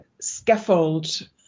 scaffold